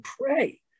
pray